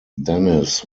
denis